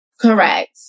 Correct